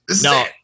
No